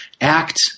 act